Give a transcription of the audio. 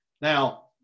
Now